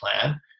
plan